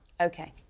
Okay